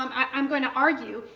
um i'm going to argue,